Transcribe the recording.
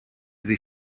sich